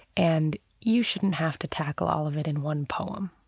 and you shouldn't have to tackle all of it in one poem.